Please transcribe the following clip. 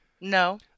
no